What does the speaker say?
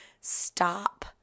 stop